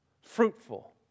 fruitful